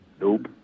Nope